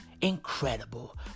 incredible